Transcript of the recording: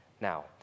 Now